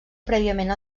prèviament